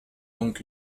donc